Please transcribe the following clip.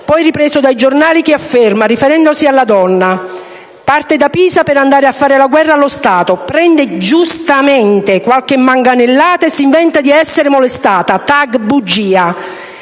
poi ripresi dai giornali, che afferma riferendosi alla donna: «Parte da Pisa per andare a fare la guerra allo Stato, prende giustamente qualche manganellata e si inventa di essere stata molestata #bugia».